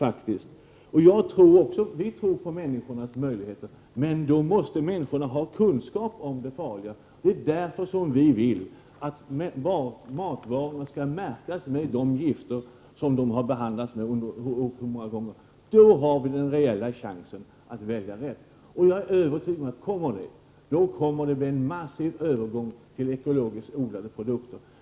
Vi i miljöpartiet tror också på människornas möjligheter, men då måste människor ha kunskap om det som är farligt. Det är därför som vi vill att det skall finnas uppgifter på matvarorna om de gifter som livsmedlen behandlats med, och hur många gånger det skett. Vi får då en reell chans att välja rätt. Om en sådan märkning kommer, är jag övertygad om att det blir en massiv övergång till ekologiskt odlade produkter.